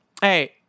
Hey